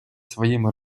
своїми